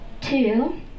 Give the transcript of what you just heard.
Two